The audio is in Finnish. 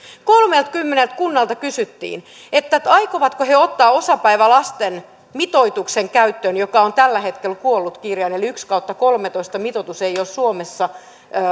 kolmeltakymmeneltä kunnalta kysyttiin aikovatko he ottaa käyttöön osapäivälasten mitoituksen joka on tällä hetkellä kuollut kirjain eli yksi kautta kolmetoista mitoitus ei ole suomessa